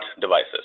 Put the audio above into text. devices